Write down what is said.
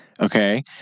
Okay